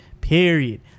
period